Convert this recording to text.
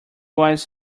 was